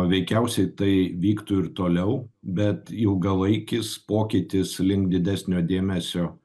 veikiausiai tai vyktų ir toliau bet ilgalaikis pokytis link didesnio dėmesio